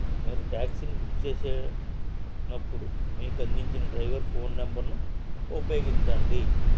మీరు టాక్సీని బుక్ చేసే నప్పుడు మీకు అందించిన డ్రైవర్ ఫోన్ నెంబరును ఉపయోగించండి